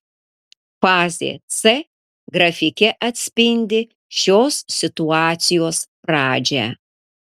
fazė c grafike atspindi šios situacijos pradžią